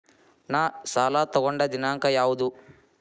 ನಾ ಸಾಲ ತಗೊಂಡು ದಿನಾಂಕ ಯಾವುದು?